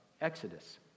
Exodus